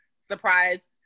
Surprise